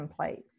templates